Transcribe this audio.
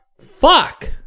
Fuck